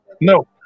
No